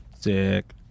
Sick